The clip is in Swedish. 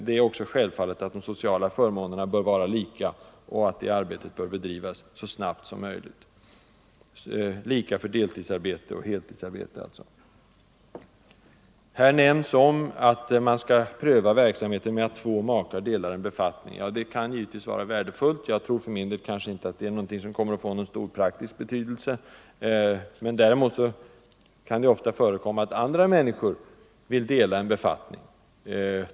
Självfallet skall också de sociala förmånerna vara likvärdiga för deltidsarbete och heltidsarbete. Arbetet för det bör bedrivas så snabbt som möjligt. Det har i detta sammanhang också sagts att vi bör närmare pröva systemet att två makar delar på en befattning. Det kan naturligtvis vara värdefullt. För min del tror jag dock att den idén inte kommer att få så stor praktisk betydelse. Däremot kan det ofta förekomma att andra människor vill dela en befattning.